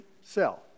cell